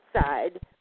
side